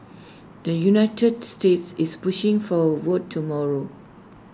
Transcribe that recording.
the united states is pushing for A vote tomorrow